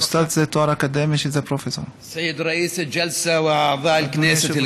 וזה פרופסור.) (אומר דברים בשפה הערבית,